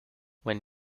when